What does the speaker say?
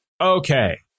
Okay